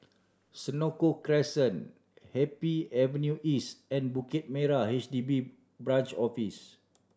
Senoko Crescent Happy Avenue East and Bukit Merah H D B Branch Office